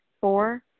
Four